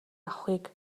авахыг